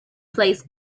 place